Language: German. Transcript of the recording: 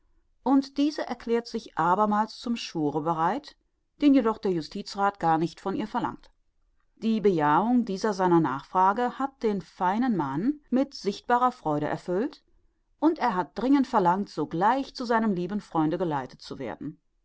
und diese erklärt sich abermals zum schwure bereit den jedoch der justizrath gar nicht von ihr verlangt die bejahung dieser seiner nachfrage hat den feinen mann mit sichtbarer freude erfüllt und er hat dringend verlangt sogleich zu seinem lieben freunde geleitet zu werden